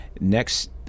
next